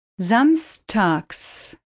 Samstags